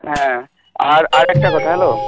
হ্যাঁ আর আরেকটা কথা হ্যালো